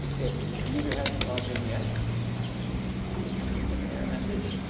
if the user hasn't logged in yet, in which case, we can have but a different error message.